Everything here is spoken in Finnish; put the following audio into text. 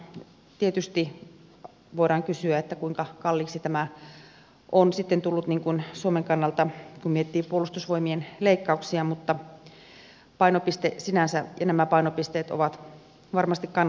tietysti voidaan kysyä kuinka kalliiksi tämä on sitten tullut suomen kannalta kun miettii puolustusvoimien leikkauksia mutta nämä painopisteet sinänsä ovat varmasti kannatettavia